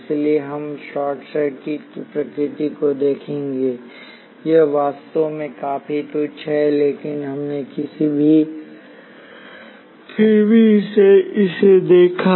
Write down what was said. इसलिए हम short circuit की प्रकृति को देखेंगे यह वास्तव में काफी तुच्छ है लेकिन हमने फिर भी इसे देखा